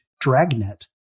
Dragnet